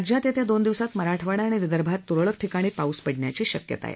राज्यात येत्या दोन दिवसात मराठवाडा आणि विदर्भात तुरळक ठिकाणी पाऊस पडण्याची शक्यता आहे